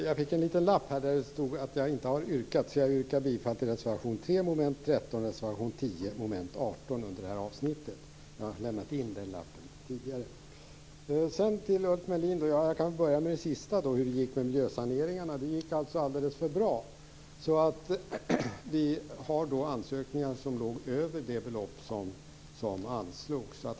Fru talman! Jag fick en lapp där det stod att jag inte har yrkat. Jag yrkar bifall till reservation 3 under mom. 13 och reservation 10 under mom. 18 i det här avsnittet. Jag kan börja med hur det gick för miljösaneringarna. Det gick alldeles för bra. Vi har ansökningar som tillsammans låg över det belopp som anslogs.